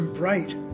bright